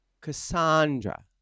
Cassandra